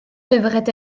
devrait